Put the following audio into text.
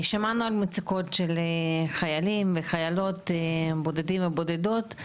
שמענו על מצוקות של חיילים וחיילות בודדים ובודדות.